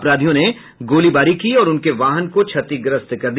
अपराधियों ने गोलीबारी की और उनके वाहन को क्षतिग्रस्त कर दिया